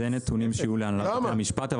זה נתונים שיהיו להנהלת בתי המשפט.